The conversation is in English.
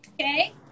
okay